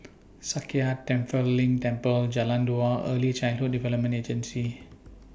Sakya Tenphel Ling Temple Jalan Dua Early Childhood Development Agency